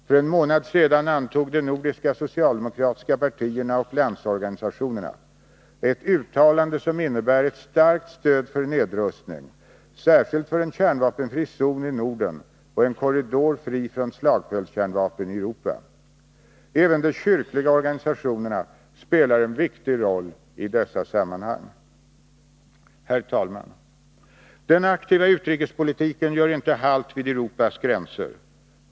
För en månad sedan antog de nordiska socialdemokratiska partierna och landsorganisationerna ett uttalande som innebär ett starkt stöd för nedrustning särskilt för en kärnvapenfri zon i Norden och en korridor fri från slagfältskärnvapen i Europa. Även de kyrkliga organisationerna spelar en viktig roll i dessa sammanhang. Herr talman! Den aktiva utrikespolitiken gör inte halt vid Europas gränser.